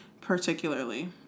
particularly